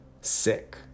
sick